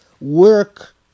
work